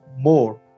more